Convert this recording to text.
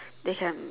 they can